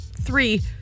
three